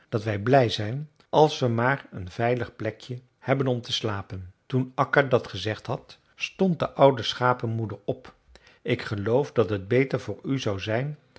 dat we blij zijn als we maar een veilig plekje hebben om te slapen toen akka dat gezegd had stond de oude schapemoeder op ik geloof dat het beter voor u zou zijn